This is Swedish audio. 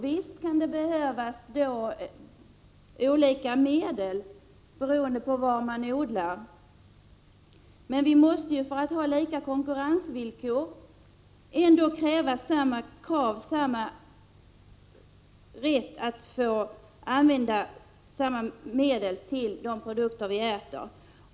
Visst kan det behövas olika bekämpningsmedel beroende på vad som odlas, men för att konkurrensvillkoren skall vara lika måste samma bestämmelser gälla för de medel som används i de produkter vi äter.